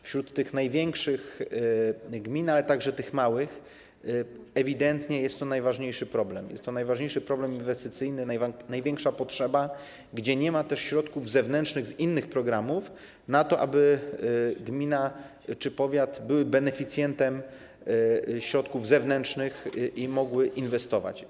Wśród tych największych gmin, ale także tych małych ewidentnie jest to najważniejszy problem inwestycyjny, największa potrzeba, gdzie nie ma też środków zewnętrznych z innych programów na to, aby gmina czy powiat były beneficjentem środków zewnętrznych i mogły inwestować.